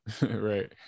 Right